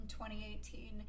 2018